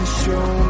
show